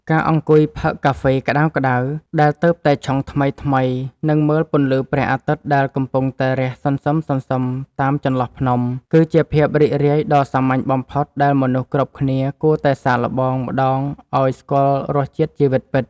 ការអង្គុយផឹកកាហ្វេក្តៅៗដែលទើបតែឆុងថ្មីៗ និង មើលពន្លឺព្រះអាទិត្យដែលកំពុងតែរះសន្សឹមៗតាមចន្លោះភ្នំ គឺជាភាពរីករាយដ៏សាមញ្ញបំផុតដែលមនុស្សគ្រប់គ្នាគួរតែសាកល្បងម្ដងឱ្យស្គាល់រសជាតិជីវិតពិត។